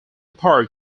part